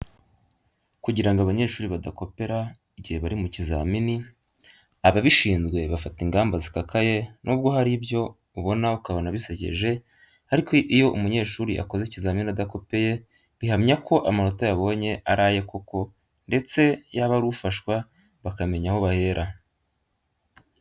Kugira ngo abanyeshuri badakopera igihe bari mu kizamini, ababishinzwe bafata ingamba zikakaye nubwo hari ibyo ubona ukabona bisekeje ariko iyo umunyeshuri akoze ikizamini adakopeye bihamya ko amanota yabonye ari aye koko ndetse yaba ari ufashwa bakamenya aho bahera.